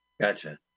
Gotcha